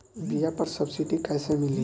बीया पर सब्सिडी कैसे मिली?